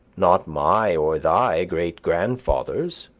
not my or thy great-grandfather's,